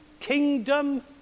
kingdom